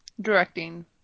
directing